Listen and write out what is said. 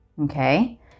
Okay